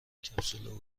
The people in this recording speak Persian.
کپسول